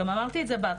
גם אמרתי את זה בהתחלה.